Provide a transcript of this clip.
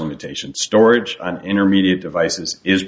limitation storage and intermediate devices is